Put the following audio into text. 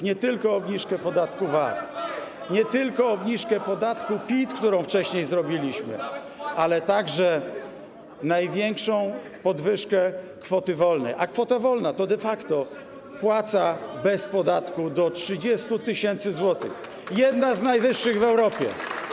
Nie tylko obniżkę podatku VAT, nie tylko obniżkę podatku PIT, którą wcześniej zrobiliśmy, ale także największą podwyżkę kwoty wolnej, a kwota wolna to de facto płaca bez podatku do 30 000 zł, jedna z najwyższych w Europie.